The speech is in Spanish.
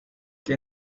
que